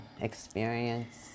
experience